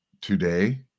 today